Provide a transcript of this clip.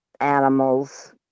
animals